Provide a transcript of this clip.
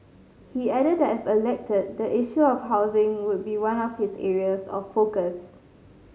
he added that if elected the issue of housing would be one of his areas of focus